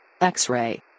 X-ray